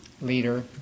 leader